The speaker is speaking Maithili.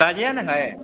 ताजे ने हय